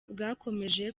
bwakomeje